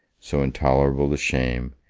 so intolerable the shame,